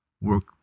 work